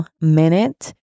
minute